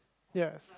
yes